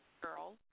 girl